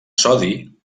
sodi